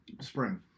spring